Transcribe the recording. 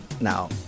Now